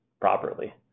properly